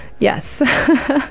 Yes